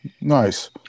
Nice